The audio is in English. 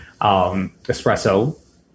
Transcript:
Espresso